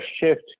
shift